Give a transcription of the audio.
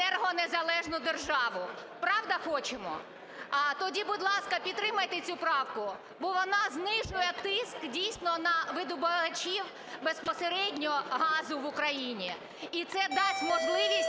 енергонезалежну державу. Правда, хочемо? Тоді, будь ласка, підтримайте цю правку, бо вона знижує тиск дійсно на видобувачів безпосередньо газу в Україні. І це дасть можливість